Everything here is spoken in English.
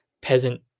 peasant